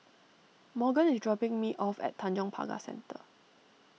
Morgan is dropping me off at Tanjong Pagar Centre